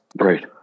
right